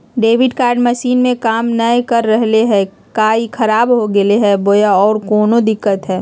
Debit card machine में काम नाय कर रहले है, का ई खराब हो गेलै है बोया औरों कोनो दिक्कत है?